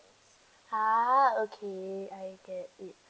!huh! okay I get it